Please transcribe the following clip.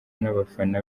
n’abafana